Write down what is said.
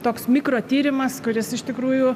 toks mikro tyrimas kuris iš tikrųjų